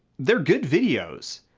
they're good videos.